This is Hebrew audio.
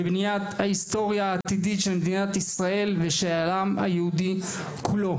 בבניית ההיסטוריה העתידית של מדינת ישראל ושל העם היהודי כולו.